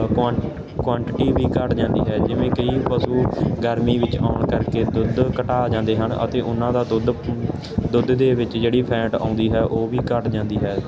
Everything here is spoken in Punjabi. ਕੁਆਂ ਕੁਆਂਟਿਟੀ ਵੀ ਘੱਟ ਜਾਂਦੀ ਹੈ ਜਿਵੇਂ ਕਈ ਪਸ਼ੂ ਗਰਮੀ ਵਿੱਚ ਆਉਣ ਕਰਕੇ ਦੁੱਧ ਘਟਾ ਜਾਂਦੇ ਹਨ ਅਤੇ ਉਹਨਾਂ ਦਾ ਦੁੱਧ ਦੁੱਧ ਦੇ ਵਿੱਚ ਜਿਹੜੀ ਫੈਂਟ ਆਉਂਦੀ ਹੈ ਉਹ ਵੀ ਘੱਟ ਜਾਂਦੀ ਹੈ